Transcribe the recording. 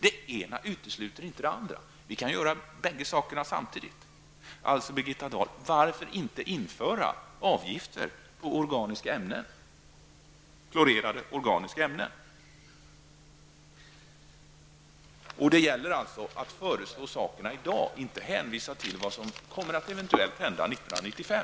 Det ena utesluter inte det andra, utan vi kan vidta båda dessa åtgärder samtidigt. Varför inte, Birgitta Dahl, införa en avgift på klorerade organiska ämnen? Det gäller att föreslå dessa åtgärder i dag och inte hänvisa till vad som eventuellt kommer att hända år 1995.